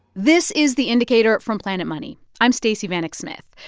this is the indicator from planet money. i'm stacey vanek smith.